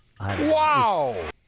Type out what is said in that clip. Wow